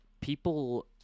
People